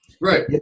right